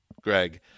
Greg